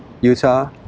Utah